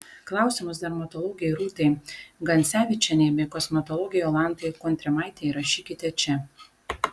klausimus dermatologei rūtai gancevičienei bei kosmetologei jolantai kontrimaitei rašykite čia